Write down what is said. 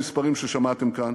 המספרים ששמעתם כאן,